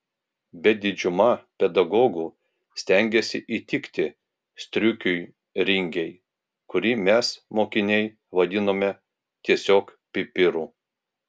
bet didžiuma pedagogų stengėsi įtikti striukiui ringei kurį mes mokiniai vadinome tiesiog pipiru